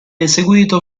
eseguito